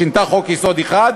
שינתה חוק-יסוד אחד,